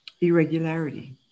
irregularity